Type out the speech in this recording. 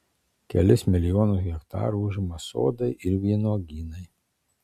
kelis milijonus hektarų užima sodai ir vynuogynai